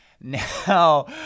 Now